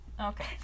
Okay